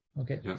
okay